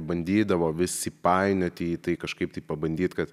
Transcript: bandydavo vis įpainioti į tai kažkaip tai pabandyt kad